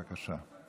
בבקשה.